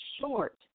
short